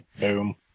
Boom